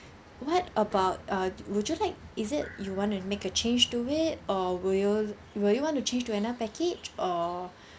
what about uh would you like is it you want to make a change to it or will you will you want to change to another package or